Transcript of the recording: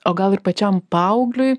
o gal ir pačiam paaugliui